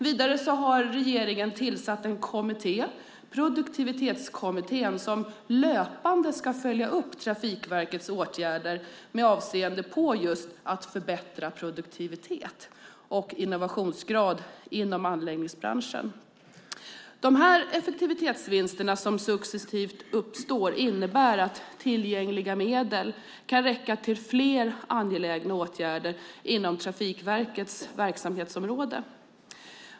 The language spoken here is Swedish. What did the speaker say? Vidare har regeringen tillsatt en kommitté - Produktivitetskommittén - som löpande ska följa upp Trafikverkets åtgärder med avseende på att förbättra produktivitet och innovationsgrad inom anläggningsbranschen. De effektiviseringsvinster som successivt uppstår innebär att tillgängliga medel kan räcka till fler angelägna åtgärder inom Trafikverkets verksamhetsområde.